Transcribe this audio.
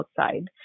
outside